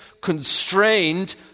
constrained